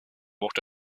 walked